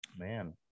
Man